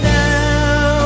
now